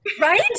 Right